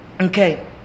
Okay